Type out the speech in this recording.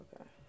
Okay